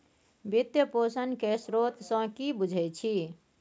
वित्त पोषण केर स्रोत सँ कि बुझै छी